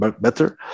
better